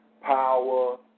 Power